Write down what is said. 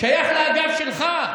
שייך לאגף שלך.